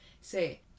say